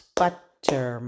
butter